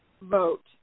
vote